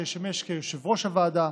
שישמש יושב-ראש הוועדה,